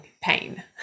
pain